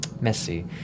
messy